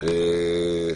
סדר-היום: